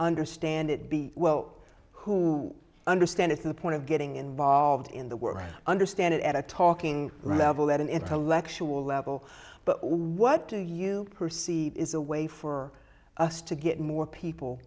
understand it be well who understand it to the point of getting involved in the world and understand it at a talking raval at an intellectual level but what do you perceive is a way for us to get more people